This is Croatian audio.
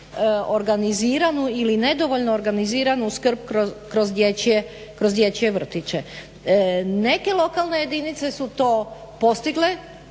organiziranu ili nedovoljno organiziranu skrb kroz dječje vrtiće. Neke lokalne jedinice su to postigle,